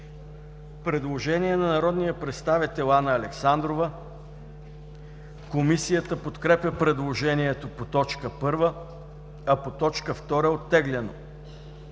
Предложение на народния представител Анна Александрова. Комисията подкрепя предложението по т. 1, а по т. 2 е оттеглено.